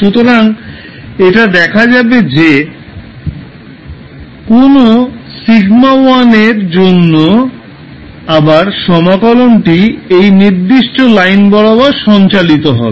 সুতরাং এটা দেখা যাবে যে কোনও σ1 এর জন্য আবার সমাকলনটি এই নির্দিষ্ট লাইন বরাবর সঞ্চালিত হবে